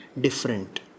different